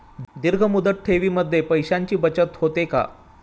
दीर्घ मुदत ठेवीमध्ये पैशांची बचत होते का?